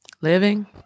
Living